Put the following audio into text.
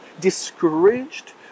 discouraged